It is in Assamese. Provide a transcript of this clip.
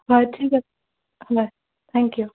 হয় ঠিক হয় থেং কিউ